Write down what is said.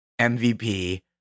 MVP